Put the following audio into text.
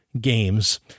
games